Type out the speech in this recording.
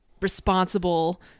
responsible